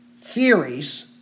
theories